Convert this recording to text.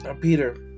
peter